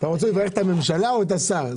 אתה רוצה לברך את הממשלה או את השר?